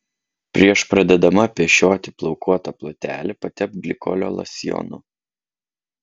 prieš pradėdama pešioti plaukuotą plotelį patepk glikolio losjonu